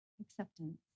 acceptance